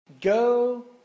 Go